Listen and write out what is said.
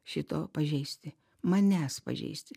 šito pažeisti manęs pažeisti